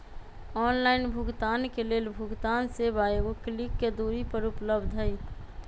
online भुगतान के लेल भुगतान सेवा एगो क्लिक के दूरी पर उपलब्ध हइ